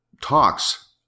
talks